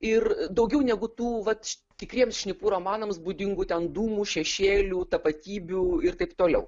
ir daugiau negu tų vat tikriems šnipų romanams būdingų ten dūmų šešėlių tapatybių ir taip toliau